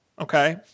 Okay